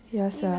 ya